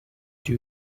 two